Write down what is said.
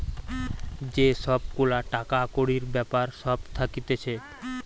যে সব গুলা টাকা কড়ির বেপার সব থাকতিছে